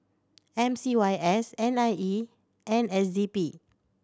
M C Y S N I E and S Z P